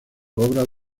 obras